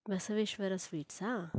Basaveshwara ಸ್ವೀಟ್ಸಾ